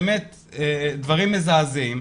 באמת דברים מזעזעים,